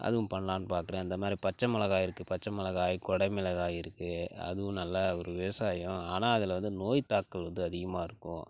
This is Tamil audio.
அதுவும் பண்ணலான்னு பார்க்கறேன் அந்த மாதிரி பச்சை மிளகாய் இருக்குது பச்சை மிளகாய் கொடை மிளகாய் இருக்குது அதுவும் நல்லா ஒரு விவசாயம் ஆனால் அதில் வந்து நோய் தாக்குதல் வந்து அதிகமாக இருக்கும்